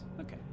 okay